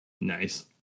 Nice